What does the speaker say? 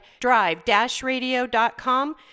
drive-radio.com